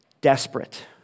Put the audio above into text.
desperate